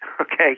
Okay